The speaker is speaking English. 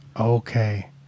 Okay